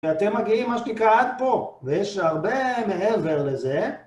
ואתם מגיעים מה שנקרא עד פה, ויש הרבה מעבר לזה.